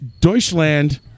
Deutschland